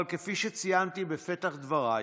אבל כפי שציינתי בפתח דבריי,